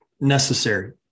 necessary